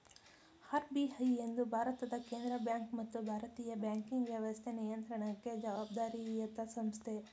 RBI ಎಂದು ಭಾರತದ ಕೇಂದ್ರ ಬ್ಯಾಂಕ್ ಮತ್ತು ಭಾರತೀಯ ಬ್ಯಾಂಕಿಂಗ್ ವ್ಯವಸ್ಥೆ ನಿಯಂತ್ರಣಕ್ಕೆ ಜವಾಬ್ದಾರಿಯತ ಸಂಸ್ಥೆ